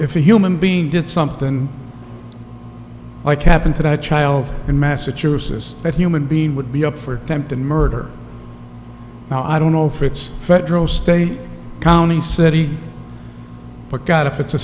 the human being did something like happened to that child in massachusetts that human being would be up for attempted murder now i don't know if it's federal state county city but god if it's a